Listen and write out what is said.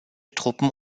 truppen